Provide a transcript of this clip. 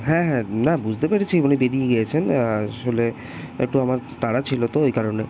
হ্যাঁ হ্যাঁ না বুঝতে পেরেছি উনি বেরিয়ে গেছেন আসলে একটু আমার তাড়া ছিলো তো ওই কারণে